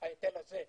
ההיטל הזה.